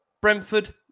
Brentford